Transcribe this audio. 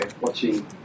watching